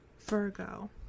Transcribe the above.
Virgo